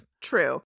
true